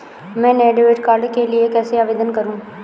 मैं नए debit card के लिए कैसे आवेदन करूं?